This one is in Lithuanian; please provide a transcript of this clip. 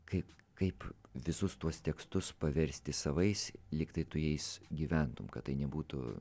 kaip kaip visus tuos tekstus paversti savais lyg tai tu jais gyventum kad tai nebūtų